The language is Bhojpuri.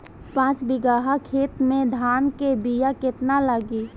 पाँच बिगहा खेत में धान के बिया केतना लागी?